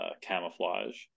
camouflage